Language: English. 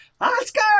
Oscar